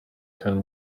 can